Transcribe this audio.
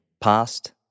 past